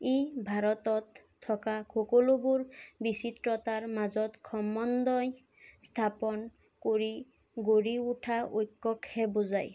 ই ভাৰতত থকা সকলোবোৰ বিচিত্ৰতাৰ মাজত সমন্বয় স্থাপন কৰি গঢ়ি উঠা ঐক্যকহে বুজায়